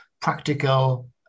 practical